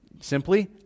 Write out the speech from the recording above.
simply